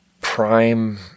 prime